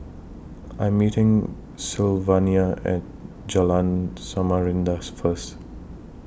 I Am meeting Sylvania and Jalan Samarinda First